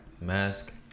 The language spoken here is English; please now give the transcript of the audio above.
mask